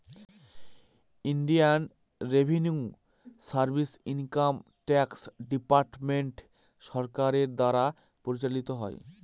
Indian revenue service income tax department সরকারের দ্বারা পরিচালিত হয়